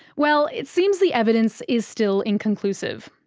well, it seems the evidence is still inconclusive.